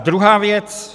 Druhá věc.